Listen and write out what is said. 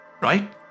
right